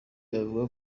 bavuga